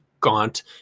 gaunt